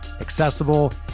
accessible